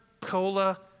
cola